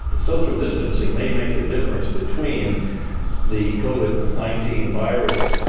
social distancing may make the difference between the covid nineteen virus.